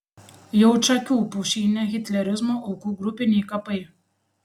jaučakių pušyne hitlerizmo aukų grupiniai kapai